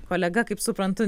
kolega kaip suprantu